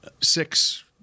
six